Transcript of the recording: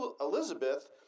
Elizabeth